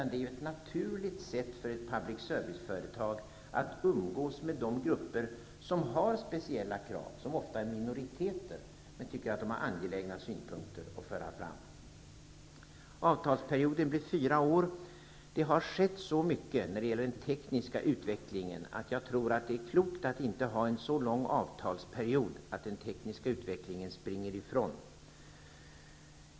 Det är ett naturligt sätt för ett public serviceföretag att umgås med de grupper som har speciella krav. Det är ofta minoriteter som tycker att de har angelägna synpunkter att föra fram. Avtalsperioden blir fyra år. Det har skett så mycket när det gäller den tekniska utvecklingen att jag tror att de är klokt att inte ha en så lång avtalsperiod att den tekniska utvecklingen springer ifrån.